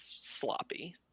sloppy